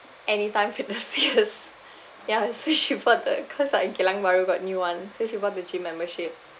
anytime fitness yes ya so she bought the cause like geylang bahru got new one so she bought the gym membership